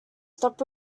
stop